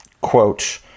quote